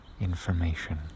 information